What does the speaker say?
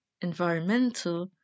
environmental